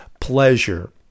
pleasure